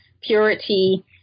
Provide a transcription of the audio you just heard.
purity